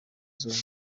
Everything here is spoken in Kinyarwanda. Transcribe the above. zombi